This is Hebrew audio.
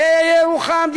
בירוחם,